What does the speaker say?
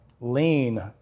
lean